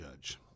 judge